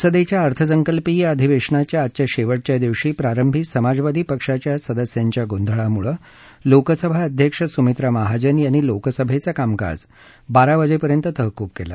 संसदेच्या अर्थसंकल्पीय अधिवेशनाच्या आजच्या शेवटच्या दिवशी प्रारंभी समाजवादी पक्षाच्या सदस्यांच्या गोंधळामुळे लोकसभा अध्यक्ष सुमित्रा महाजन यांनी लोकसभेचं कामकाज बारा वाजेपर्यंत तहकूब केलं